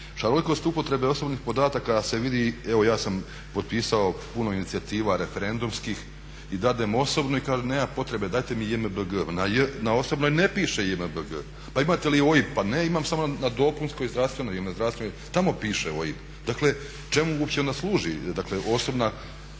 šarolikost upotrebe osobnih podataka se vidi, evo ja sam potpisao puno inicijativa referendumskih i dadnem osobu i kažu nema potrebe, dajte mi JMBG. Na osobnoj ne piše JMBG. Pa imate li OIB? Pa ne imam samo na dopunskoj i na zdravstvenoj, tamo piše OIB. Dakle, čemu uopće onda služi dakle osobna?